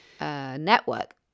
network